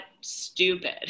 stupid